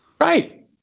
right